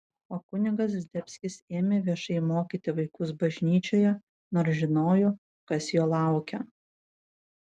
o kunigas zdebskis ėmė viešai mokyti vaikus bažnyčioje nors žinojo kas jo laukia